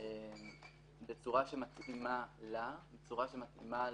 בצורה שמתאימה לה, בצורה שמתאימה